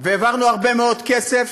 העברנו הרבה מאוד כסף